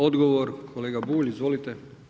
Odgovor kolega Bulj, izvolite.